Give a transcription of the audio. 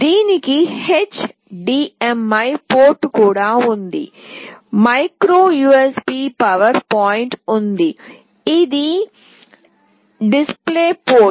దీనికి HDMI port కూడా ఉంది మైక్రో USB పవర్ పాయింట్ ఉంది ఇది డిస్ప్లే పోర్ట్